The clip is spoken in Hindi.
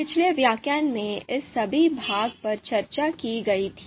पिछले व्याख्यान में इस सभी भाग पर चर्चा की गई थी